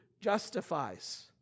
justifies